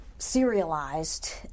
serialized